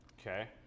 okay